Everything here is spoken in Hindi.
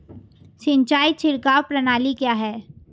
सिंचाई छिड़काव प्रणाली क्या है?